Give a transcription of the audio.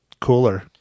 cooler